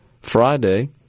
Friday